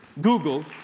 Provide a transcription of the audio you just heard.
Google